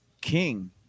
king